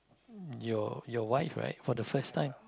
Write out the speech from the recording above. your your wife right for the first time